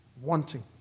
wanting